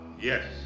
yes